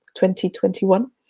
2021